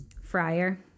Friar